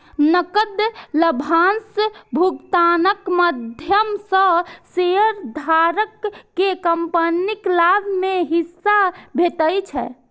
नकद लाभांश भुगतानक माध्यम सं शेयरधारक कें कंपनीक लाभ मे हिस्सा भेटै छै